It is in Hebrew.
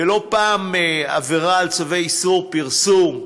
ולא פעם עבירה על צווי איסור פרסום,